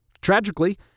Tragically